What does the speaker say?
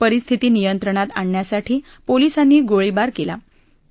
परिस्थिती नियंत्रणात आणण्यासाठी पोलीसांनी गोळीबार करावा लागला